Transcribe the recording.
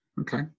okay